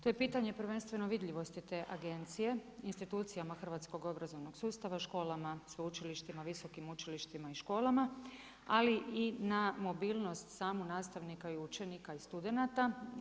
To je pitanje prvenstveno vidljivost te agencije, institucijama hrvatskog obrazovnog sustava, školama, sveučilištima, visokim učilištima, ali i na mobilnost samog nastavnika, učenika i studenata.